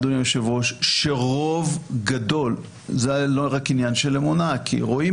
אדוני היושב-ראש זה לא רק עניין של אמונה כי רואים